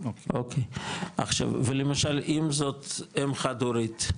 אוקי, עכשיו ולמשל, אם זאת אם חד-הורית,